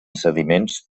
sediments